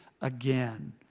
again